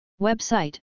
Website